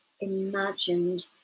imagined